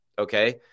Okay